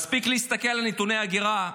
מספיק להסתכל על נתוני ההגירה,